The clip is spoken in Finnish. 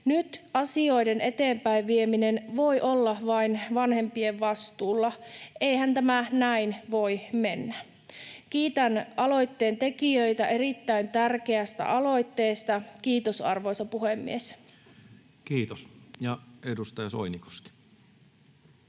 Nyt asioiden eteenpäinvieminen voi olla vain vanhempien vastuulla — eihän tämä näin voi mennä. Kiitän aloitteentekijöitä erittäin tärkeästä aloitteesta. — Kiitos, arvoisa puhemies. [Speech 189] Speaker: